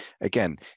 Again